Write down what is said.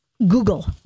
Google